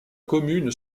commune